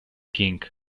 king